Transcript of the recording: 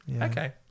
okay